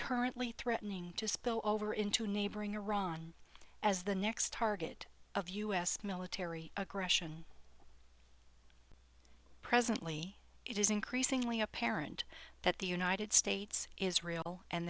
currently threatening to spill over into neighboring iran as the next target of u s military aggression presently it is increasingly apparent that the united states israel and